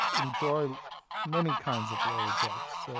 enjoy many kinds of lawyer jokes. so